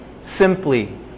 simply